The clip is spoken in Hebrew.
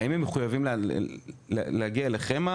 האם הם מחויבים להגיע אליכם?